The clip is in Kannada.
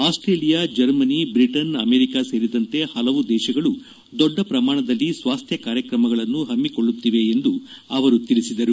ಆಸ್ಟೇಲಿಯಾ ಜರ್ಮನಿ ಬ್ರಿಟನ್ ಅಮೆರಿಕ ಸೇರಿದಂತೆ ಹಲವು ದೇಶಗಳು ದೊಡ್ಡ ಪ್ರಮಾಣದಲ್ಲಿ ಸ್ವಾಸ್ತ್ಯ ಕಾರ್ಯತ್ರಮಗಳನ್ನು ಹಮ್ಕೊಳ್ಳುತ್ತಿವೆ ಎಂದು ಅವರು ತಿಳಿಸಿದರು